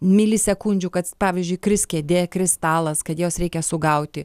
milisekundžių kad pavyzdžiui kris kėdė kris stalas kad juos reikia sugauti